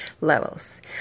levels